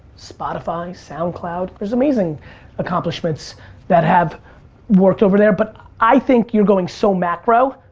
spotify, soundcloud, there's amazing accomplishments that have worked over there. but i think you're going so macro,